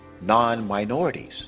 non-minorities